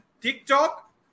TikTok